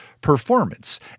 performance